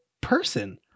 person